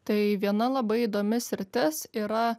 tai viena labai įdomi sritis yra